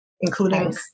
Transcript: including